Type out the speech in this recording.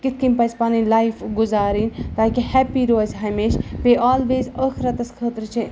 کِتھ کٔنۍ پَزِ پَنٕںۍ لایف گُزارٕنۍ تاکہِ ہٮ۪پی روزِ ہمیشہِ بیٚیہِ آلویز ٲخرَتَس خٲطرٕ چھِ